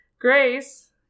Grace